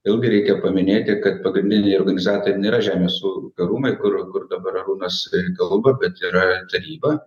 vėl gi reikia paminėti kad pagrindiniai organizatoriai nėra žemės ūkio rūmai kur kur dabar arūnas be reikalų bent yra taryba